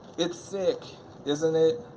it's sick isn't it?